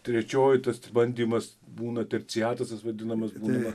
trečioji tas bandymas būna terciatas tas vadinamas būna